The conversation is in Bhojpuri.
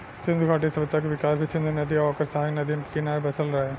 सिंधु घाटी सभ्यता के विकास भी सिंधु नदी आ ओकर सहायक नदियन के किनारे बसल रहे